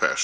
Herr